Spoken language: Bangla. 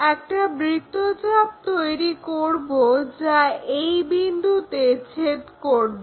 একটা বৃত্ত চাপ তৈরি করব যা এই বিন্দুতে ছেদ করবে